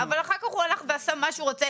אבל אחר כך הוא הלך ועשה מה שהוא רוצה